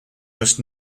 must